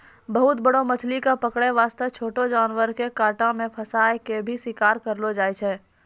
बहुत बड़ो मछली कॅ पकड़ै वास्तॅ छोटो जानवर के कांटा मॅ फंसाय क भी शिकार करलो जाय छै